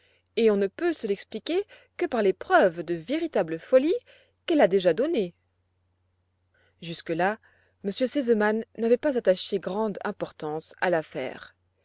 et on ne peut se l'expliquer que par les preuves de véritable folie qu'elle à déjà données jusque-là m r sesemann n'avait pas attaché grande importance à l'affaire